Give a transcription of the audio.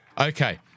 Okay